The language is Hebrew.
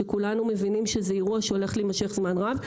שכולנו מבינים שזה אירוע שהולך להימשך זמן רב,